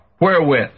wherewith